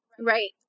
Right